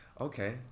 Okay